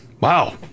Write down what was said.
Wow